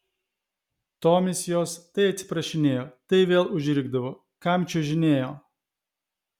tomis jos tai atsiprašinėjo tai vėl užrikdavo kam čiuožinėjo